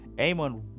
Amon